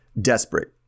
Desperate